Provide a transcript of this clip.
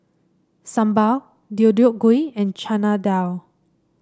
Sambar Deodeok Gui and Chana Dal